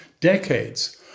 decades